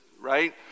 right